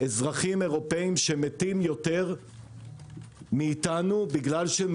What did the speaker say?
אזרחים אירופאים שמתים יותר מאיתנו בגלל שהם